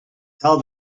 tell